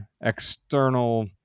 external